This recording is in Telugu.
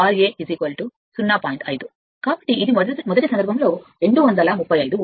5 కాబట్టి మొదటి సందర్భంలో 235 వోల్ట్